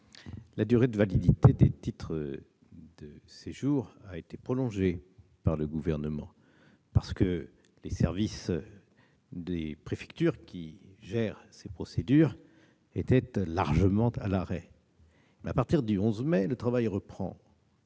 La durée de validité des titres de séjour a été prolongée par le Gouvernement, parce que les services des préfectures, chargés de ces procédures, étaient largement à l'arrêt. Néanmoins, à partir du 11 mai, le travail reprendra.